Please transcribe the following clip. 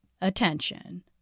attention